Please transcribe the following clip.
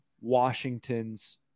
Washington's